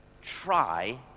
try